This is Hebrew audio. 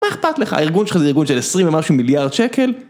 מה אכפת לך? הארגון שלך זה ארגון של 20 ומשהו מיליארד שקל